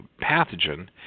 pathogen